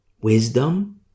Wisdom